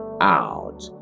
out